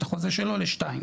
את החוזה שלו לשתיים,